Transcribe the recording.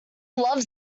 love